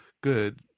good